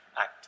act